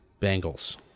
Bengals